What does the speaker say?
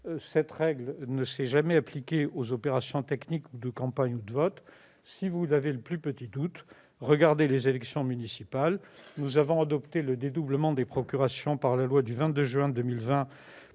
Cette règle ne s'est jamais appliquée aux opérations techniques de campagne ou de vote. Mes chers collègues, si vous avez le plus petit doute, reportez-vous aux élections municipales : nous avons adopté le dédoublement des procurations par la loi du 22 juin 2020